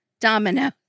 Domino